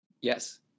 yes